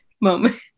moment